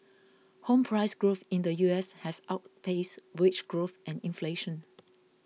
home price growth in the U S has outpaced wage growth and inflation